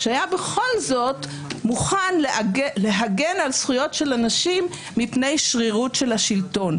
שהיה בכל זאת מוכן להגן על זכויות של אנשים מפני שרירות של השלטון.